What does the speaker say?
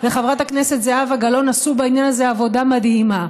וחברת הכנסת זהבה גלאון עשו בעניין הזה עבודה מדהימה.